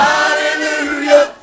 Hallelujah